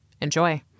Enjoy